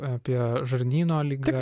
apie žarnyno ligą